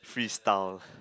freestyle